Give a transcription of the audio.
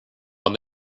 when